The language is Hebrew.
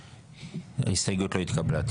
ההסתייגות לא התקבלה.